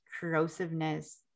corrosiveness